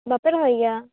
ᱵᱟᱯᱮ ᱨᱚᱦᱚᱭ ᱜᱮᱭᱟ